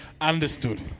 Understood